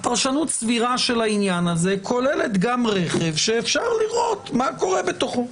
פרשנות סבירה של העניין הזה כוללת גם רכב שאפשר לראות מה קורה בתוכו.